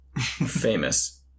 Famous